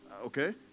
okay